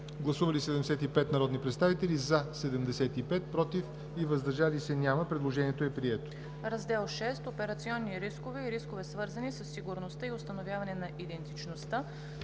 Гласували 75 народни представители: за 75, против и въздържали се няма. Предложението е прието. ДОКЛАДЧИК ЕВГЕНИЯ АНГЕЛОВА: „Раздел VI – Операционни рискове и рискове, свързани със сигурността и установяване на идентичността“.